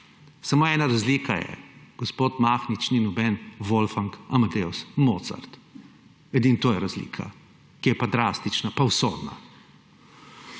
Samo ena razlika je. Gospod Mahnič ni noben Wolfgang Amadeus Mozart. Edino to je razlika, ki je drastična pa usodna.